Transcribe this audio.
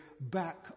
back